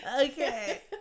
Okay